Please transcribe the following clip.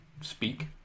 speak